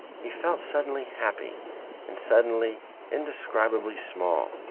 he felt suddenly happy and suddenly indescribably small.